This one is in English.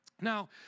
Now